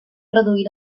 reduir